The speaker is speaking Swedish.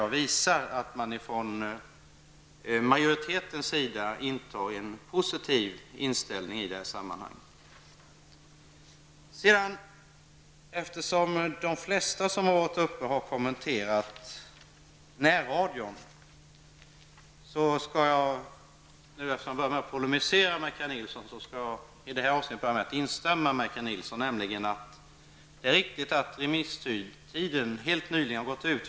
Det visar att vi från majoritetens sida intar en positiv inställning. De flesta som har varit uppe har kommenterat närradion. Eftersom jag började med att polemisera med Kaj Nilsson vill jag i det här avseendet börja med att instämma i det han sade. Det är riktigt att remisstiden helt nyligen har gått ut.